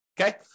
Okay